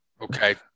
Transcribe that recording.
okay